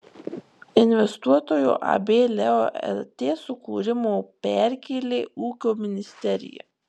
investuotojo ab leo lt sukūrimo perkėlė ūkio ministerija